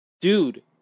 dude